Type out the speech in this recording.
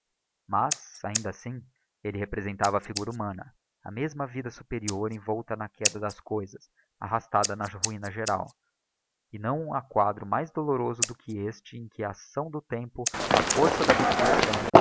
mas ainda assim elle representava a figura humana a mesma vida superior envolta na queda das coisas arrastada na ruina geral e não ha quadro mais doloroso do que este em que a acção do tempo a forçada destruição